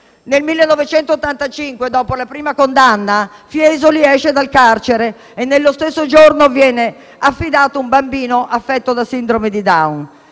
Nel 1985, dopo la prima condanna, Fiesoli esce dal carcere e nello stesso giorno viene affidato alla comunità un bambino affetto da sindrome di Down.